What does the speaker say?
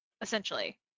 essentially